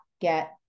get